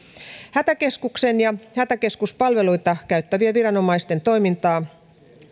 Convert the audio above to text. hätäkeskuksen ja hätäkeskuspalveluita käyttävien viranomaisten toimintaa